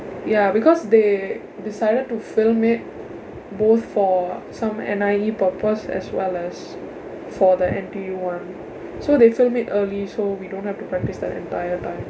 ya because they decided to film it both for some N_I_E purpose as well as for N_T_U one so they film it early so we don't have to practice the entire time